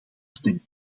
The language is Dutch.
stemming